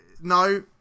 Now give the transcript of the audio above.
No